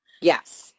yes